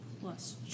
plus